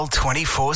24